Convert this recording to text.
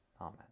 Amen